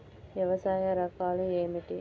వ్యవసాయ రకాలు ఏమిటి?